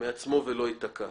מעצמו ולא ייתקע.